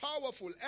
powerful